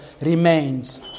remains